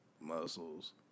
muscles